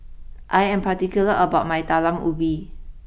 I am particular about my Talam Ubi